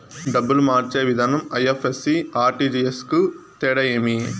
డబ్బులు మార్చే విధానం ఐ.ఎఫ్.ఎస్.సి, ఆర్.టి.జి.ఎస్ కు తేడా ఏమి?